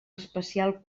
especial